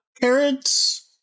carrots